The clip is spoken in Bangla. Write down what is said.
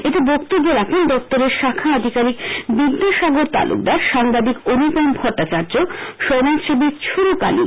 এতে বক্তব্য রাখেন দপ্তরের শাখা আধিকারিক বিদ্যাসাগর তালুকদার সাংবাদিক অনুপম ভট্টাচার্য সমাজসেবী ছুরুক আলী